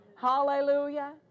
Hallelujah